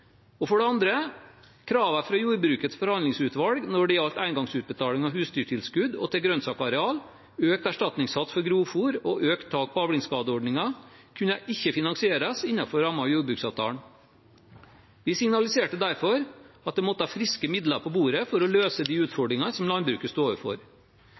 For det andre: Kravene fra Jordbrukets forhandlingsutvalg når det gjaldt engangsutbetaling av husdyrtilskudd og til grønnsaksareal, økt erstatningssats for grovfôr og økt tak på avlingsskadeordningen, kunne ikke finansieres innenfor rammen av jordbruksavtalen. Vi signaliserte derfor at det måtte komme friske midler på bordet for å løse de utfordringene som landbruket står overfor.